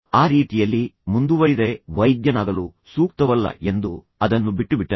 ತದನಂತರ ಆ ರೀತಿಯಲ್ಲಿ ಮುಂದುವರಿದರೆ ವೈದ್ಯನಾಗಲು ಸೂಕ್ತವಲ್ಲ ಎಂದು ಮತ್ತು ನಂತರ ಅದನ್ನು ಬಿಟ್ಟುಬಿಟ್ಟನು